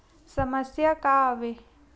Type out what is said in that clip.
समस्या का आवे?